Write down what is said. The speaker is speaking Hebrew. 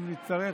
אם נצטרך.